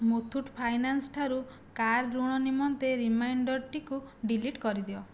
Muthoot Finance ଠାରୁ car ଋଣ ନିମନ୍ତେ ରିମାଇଣ୍ଡର୍ଟିକୁ ଡିଲିଟ୍ କରିଦିଅ